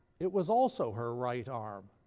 it was also her right arm.